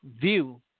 view